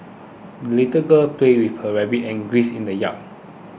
the little girl played with her rabbit and geese in the yard